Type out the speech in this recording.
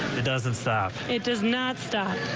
doesn't stop it does not stopped.